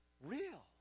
real